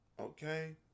okay